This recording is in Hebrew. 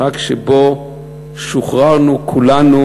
חג שבו שוחררנו כולנו,